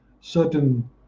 certain